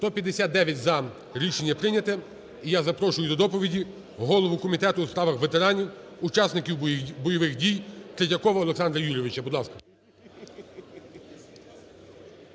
За-159 Рішення прийнято. І я запрошую до доповіді голову Комітету у справах ветеранів, учасників бойових дій Третьякова Олександра Юрійовича. Будь ласка.